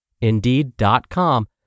Indeed.com